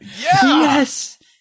Yes